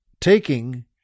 taking